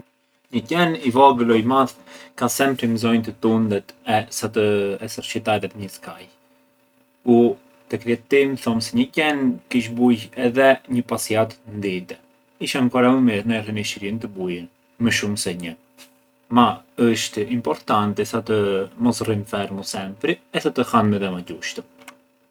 Një qenë i vogël o i madhë ka sempri mbzonjë të tundet e sa të eserçitaret një skaj, u te kryet timë thom se një qen kish bujë edhe një pasiat ndite, ish ankora më mirë na i rrinishirjën të bujën më shumë se njëm ma është importanti sa të mos rrinë fermu sempri e sa të hanë gjushtu.